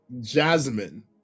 Jasmine